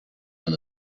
than